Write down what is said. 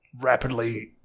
rapidly